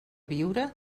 viure